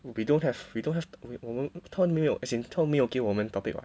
we don't have we don't have 我们他们没有 as in 他们没有给我们 topic [what]